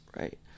right